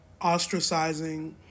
ostracizing